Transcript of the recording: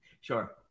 Sure